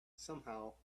somehow